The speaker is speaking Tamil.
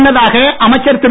முன்னதாக அமைச்சர் திரு